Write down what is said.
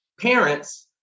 parents